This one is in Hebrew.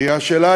היא השאלה